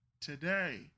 today